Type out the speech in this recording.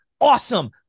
awesome